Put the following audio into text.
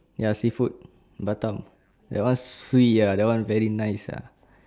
ya seafood batam that one swee ah that one very nice ah